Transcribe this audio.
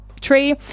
tree